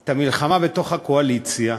את המלחמה בתוך הקואליציה,